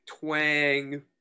twang